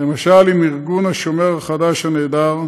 למשל עם ארגון השומר החדש, הנהדר,